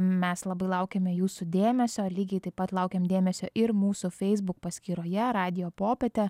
mes labai laukiame jūsų dėmesio lygiai taip pat laukiam dėmesio ir mūsų facebook paskyroje radijo popietė